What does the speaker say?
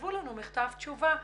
תכתבו לנו מכתב תשובה,